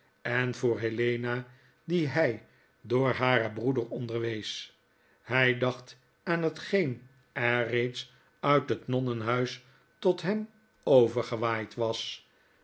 en voor helena die hij door haren broeder onderwees hy dacht aan hetgeen er reeds uit het nonnenhuis tot hem overgewaaid was